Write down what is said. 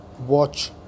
watch